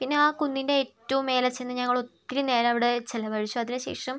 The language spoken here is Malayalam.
പിന്നെ ആ കുന്നിൻ്റെ ഏറ്റവും മേലെ ചെന്ന് ഞങ്ങൾ ഒത്തിരി നേരം അവിടെ ചിലവഴിച്ചു അതിന് ശേഷം